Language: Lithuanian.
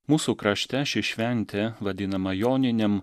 mūsų krašte ši šventė vadinama joninėm